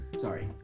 Sorry